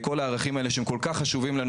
ועל כל הערכים האלה שהם כל כך חשובים לנו